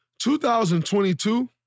2022